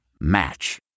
Match